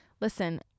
listen